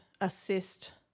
Assist